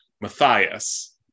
matthias